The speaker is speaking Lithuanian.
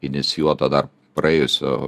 inicijuota dar praėjusio